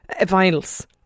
vinyls